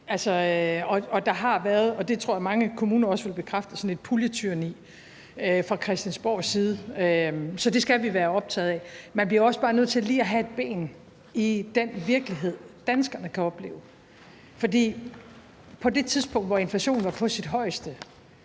bekræfte, sådan et puljetyranni fra Christiansborgs side. Så det skal vi være optaget af. Man bliver jo også bare lige nødt til at have et ben i den virkelighed, danskerne kan opleve, for på det tidspunkt, hvor inflationen var på sit højeste,